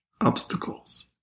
obstacles